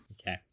Okay